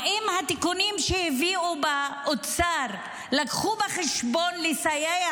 האם בתיקונים שהביאו באוצר לקחו בחשבון סיוע